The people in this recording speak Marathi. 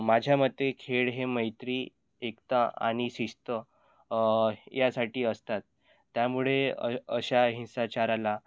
माझ्या मते खेळ हे मैत्री एकता आणि शिस्त यासाठी असतात त्यामुळे अशा हिंसाचाराला